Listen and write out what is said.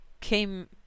came